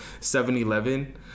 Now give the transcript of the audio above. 7-Eleven